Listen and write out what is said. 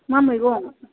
मा मैगं